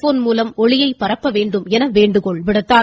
phone மூலம் ஒளியை பரப்ப வேண்டும் என வேண்டுகோள் விடுத்தார்